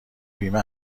بیمه